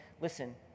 listen